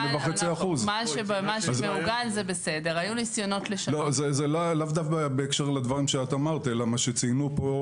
8.5%. אני אומר לאו דווקא בהקשר לדבריך אלא מה שציינו פה,